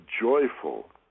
joyful